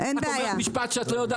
את אומרת משפט שאת לא יודעת.